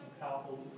powerful